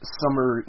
summer